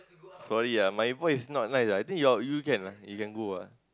sorry ah my voice not nice ah I think you can ah you can go ah